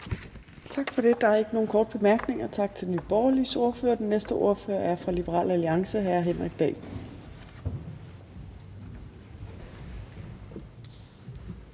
Tak for det. Der er ikke nogen korte bemærkninger. Tak til Nye Borgerliges ordfører. Den næste ordfører er fra Liberal Alliance, hr. Henrik Dahl.